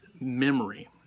memory